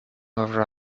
over